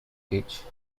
speech